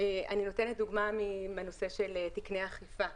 אני נותנת דוגמה מהנושא של תקני אכיפה.